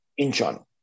Incheon